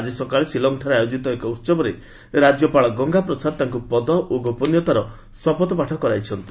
ଆଜି ସକାଳେ ଶିଲଂଠାରେ ଆୟୋକିତ ଏକ ଉହବରେ ରାଜ୍ୟପାଳ ଗଙ୍ଗା ପ୍ରସାଦ ତାଙ୍କୁ ପଦ ଓ ଗୋପନୀୟତାର ଶପଥପାଠ କରାଇଛନ୍ତି